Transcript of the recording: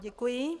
Děkuji.